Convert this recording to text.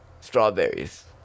strawberries